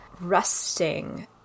resting